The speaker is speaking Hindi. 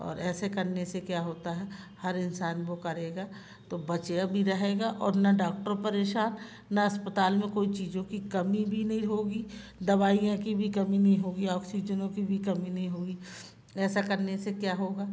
और ऐसे करने से क्या होता है हर इंसान वो करेगा तो बचे भी रहेगा और ना डॉक्टर परेशान न अस्पताल में कोई चीज़ों की कमी भी नहीं होगी दवाइयाँ की भी कमी नहीं होगी ऑक्सीजनों की भी कमी नहीं होगी ऐसा करने से क्या होगा